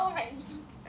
which [one]